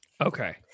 Okay